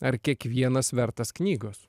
ar kiekvienas vertas knygos